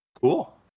Cool